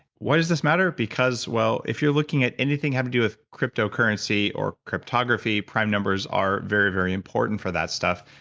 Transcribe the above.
why does this matter? because, well, if you're looking at anything having to do with cryptocurrency or cryptography, prime numbers are very, very important for that stuff,